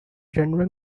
general